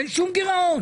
אין שום גירעון.